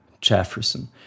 Jefferson